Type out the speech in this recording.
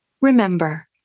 remember